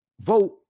vote